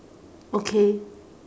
okay